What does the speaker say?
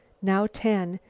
now ten,